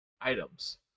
items